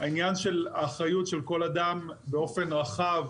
העניין של האחריות של כל אדם באופן רחב,